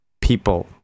people